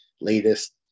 latest